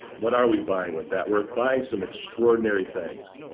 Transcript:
what are we buying with that? we're buying some extraordinary things